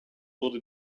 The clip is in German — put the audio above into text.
wurde